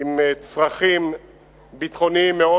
עם צרכים ביטחוניים מאוד